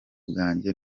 bwange